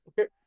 Okay